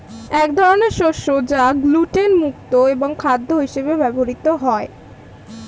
এক ধরনের শস্য যা গ্লুটেন মুক্ত এবং খাদ্য হিসেবে ব্যবহৃত হয়